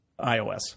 iOS